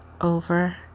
over